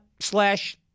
slash